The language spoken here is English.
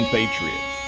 Patriots